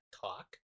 talk